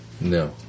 No